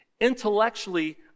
intellectually